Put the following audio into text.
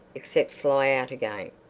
except fly out again.